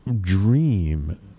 dream